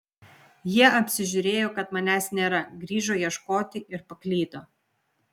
jie apsižiūrėjo kad manęs nėra grįžo ieškoti ir paklydo